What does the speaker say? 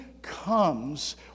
Comes